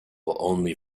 only